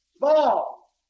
ball